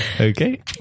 Okay